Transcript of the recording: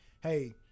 Hey